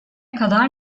kadar